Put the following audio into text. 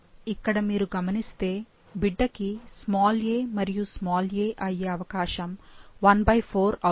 ఇక్కడ మీరు గమనిస్తే బిడ్డ కి a మరియు a అయ్యే అవకాశం 14 అవుతుంది